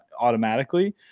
automatically